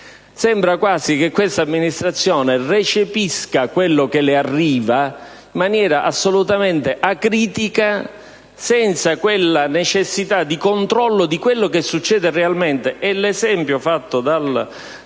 Sembra quasi che l'Amministrazione recepisca quello che le arriva in maniera assolutamente acritica, senza avvertire la necessità di controllo di quello che accade realmente. E l'esempio fatto dal